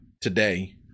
today